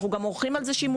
ואנחנו עורכים על זה שימועים.